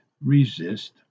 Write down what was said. resist